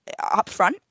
upfront